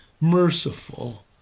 merciful